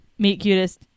meetcutest